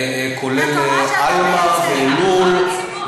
התורה שאתה מייצג, כולל "עלמא" ו"אלול",